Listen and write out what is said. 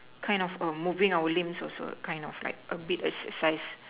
kind of err moving our limbs also kind of like a bit exercise